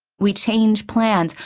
we change plans,